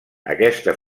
aquesta